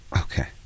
Okay